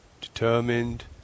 determined